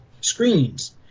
screens